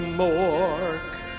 more